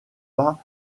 pas